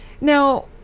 Now